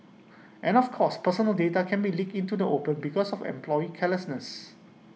and of course personal data can be leaked into the open because of employee carelessness